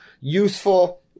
useful